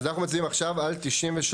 אז אנחנו מצביעים עכשיו על 93,